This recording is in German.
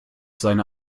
seine